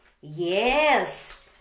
Yes